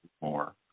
more